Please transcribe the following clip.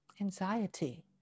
anxiety